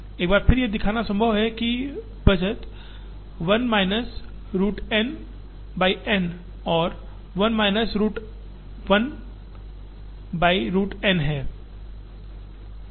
एक बार फिर यह दिखाना संभव है कि बचत 1 minus root N by N or 1 minus root 1 by root N है